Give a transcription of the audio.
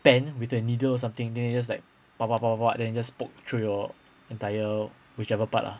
pen with a needle or something then they just like then they just poke through your entire whichever part lah